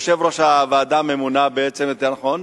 יושב-ראש הוועדה הממונה, יותר נכון,